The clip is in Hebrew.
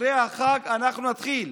אחרי החג אנחנו נתחיל.